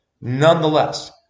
Nonetheless